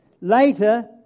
Later